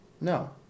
No